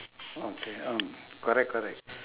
okay oh correct correct